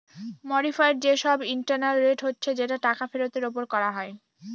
modified যে সব internal rate হচ্ছে যেটা টাকা ফেরতের ওপর করা হয়